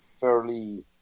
fairly